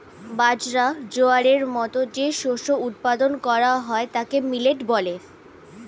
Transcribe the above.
বাজরা, জোয়ারের মতো যে শস্য উৎপাদন করা হয় তাকে মিলেট বলে